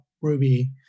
ruby